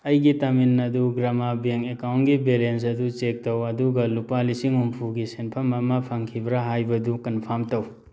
ꯑꯩꯒꯤ ꯇꯥꯃꯤꯜ ꯅꯥꯗꯨ ꯒ꯭ꯔꯃꯥ ꯕꯦꯡ ꯑꯦꯀꯥꯎꯟꯒꯤ ꯕꯦꯂꯦꯟꯁ ꯑꯗꯨ ꯆꯦꯛ ꯇꯧ ꯑꯗꯨꯒ ꯂꯨꯄꯥ ꯂꯤꯁꯤꯡ ꯍꯨꯝꯐꯨꯒꯤ ꯁꯦꯟꯐꯝ ꯑꯃ ꯐꯪꯈꯤꯕ꯭ꯔꯥ ꯍꯥꯏꯕꯗꯨ ꯀꯟꯐꯥꯝ ꯇꯧ